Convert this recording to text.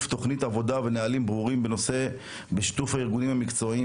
תוכנית עבודה ונהלים ברורים בנושא בשיתוף הארגונים המקצועיים,